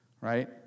right